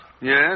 Yes